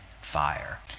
fire